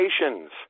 nations